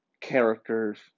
characters